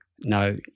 no